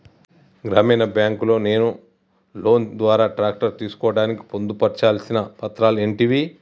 గ్రామీణ బ్యాంక్ లో నేను లోన్ ద్వారా ట్రాక్టర్ తీసుకోవడానికి పొందు పర్చాల్సిన పత్రాలు ఏంటివి?